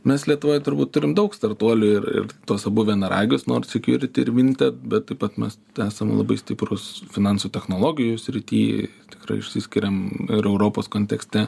mes lietuvoj turbūt turim daug startuolių ir ir tuos abu vienaragius nord security ir vinted bet taip pat mes esam labai stiprūs finansų technologijų srity tikrai išsiskiriam ir europos kontekste